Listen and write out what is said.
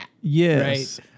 Yes